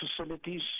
facilities